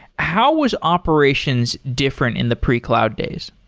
how was operations different in the pre-cloud days?